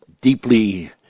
deeply